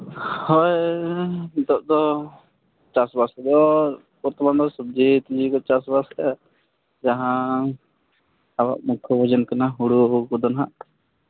ᱦᱳᱭ ᱱᱤᱛᱚᱜ ᱫᱚ ᱪᱟᱥᱼᱵᱟᱥ ᱫᱚ ᱵᱚᱨᱛᱚᱢᱟᱱ ᱫᱚ ᱥᱚᱵᱽᱡᱤ ᱤᱭᱟᱹ ᱠᱚ ᱪᱟᱥᱵᱟᱥ ᱮᱫᱟ ᱡᱟᱦᱟᱸ ᱟᱵᱚᱣᱟᱜ ᱢᱩᱠᱠᱷᱚ ᱵᱷᱚᱡᱚᱱ ᱠᱚᱫᱚ ᱱᱟᱦᱟᱸᱜ